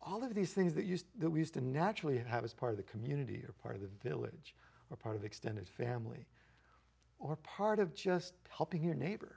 all of these things that used that we used to naturally have as part of the community or part of the village or part of extended family or part of just helping your neighbor